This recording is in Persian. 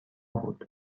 بود